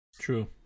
True